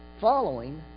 following